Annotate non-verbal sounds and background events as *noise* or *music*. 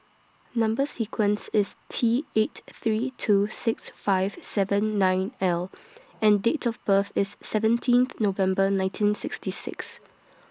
Number sequence IS T eight three two six five seven nine L *noise* and Date of birth IS *noise* seventeenth November nineteen sixty six